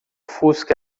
fusca